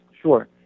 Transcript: Sure